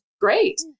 great